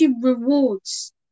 rewards